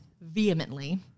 vehemently